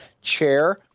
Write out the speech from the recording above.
chair